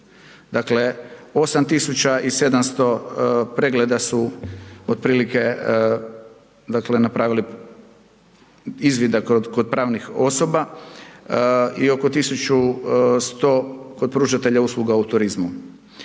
Dakle, 8700 pregleda su otprilike, dakle, napravili izvida kod pravnih osoba i oko 1100 kod pružatelja usluga u turizmu.